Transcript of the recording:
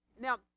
Now